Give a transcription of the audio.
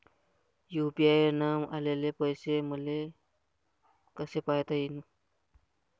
UPI न आलेले पैसे मले कसे पायता येईन?